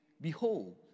Behold